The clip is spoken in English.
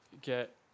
get